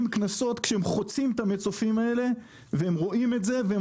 קנסות כשהם חוצים את המצופים האלה והם רואים את זה והם